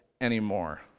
anymore